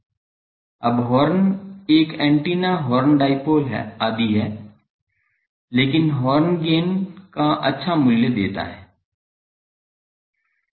अब हॉर्न एक antenna horn dipole आदि है लेकिन हॉर्न गेन का अच्छा मूल्य देता है